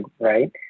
right